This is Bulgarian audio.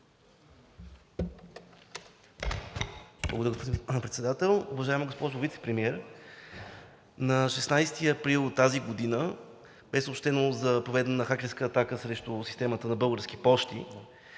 Благодаря, господин Председател. Уважаема госпожо Вицепремиер! На 16 април тази година е съобщено за проведена хакерска атака срещу системата на „Български пощи“,